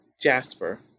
Jasper